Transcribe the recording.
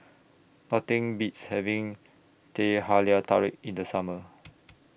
Nothing Beats having Teh Halia Tarik in The Summer